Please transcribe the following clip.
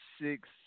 six